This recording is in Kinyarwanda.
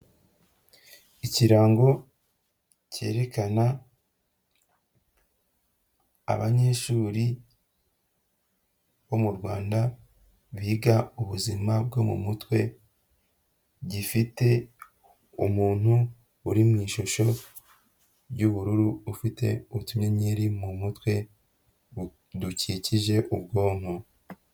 Ikirango cyerekana abanyeshuri bo mu Rwanda biga ubuzima bwo mu mutwe, gifite umuntu uri mu ishusho y'ubururu ufite utuyenyeri mu mutwe dukikije ubwonko.